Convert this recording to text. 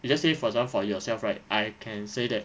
you just say for example for yourself right I can say that